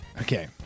Okay